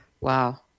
Wow